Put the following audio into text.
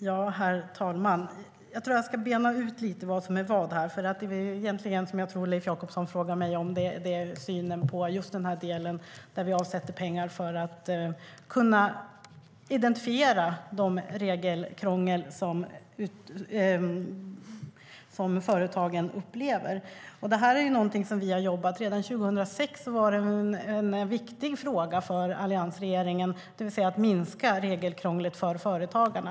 Herr talman! Jag ska bena ut vad som är vad här. Jag tror att det som Leif Jakobsson frågar mig om egentligen är synen på just den del där vi avsätter pengar för att kunna identifiera det regelkrångel som företagen upplever. Redan 2006 var det en viktig fråga för alliansregeringen att minska regelkrånglet för företagarna.